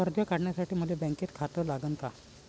कर्ज काढासाठी मले बँकेत खातं लागन का?